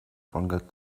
forget